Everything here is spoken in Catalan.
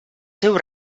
seu